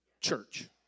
church